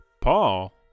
Paul